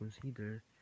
consider